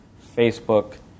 Facebook